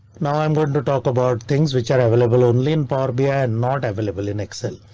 now i'm going to talk about things which are available only in powerbi and not available in excel.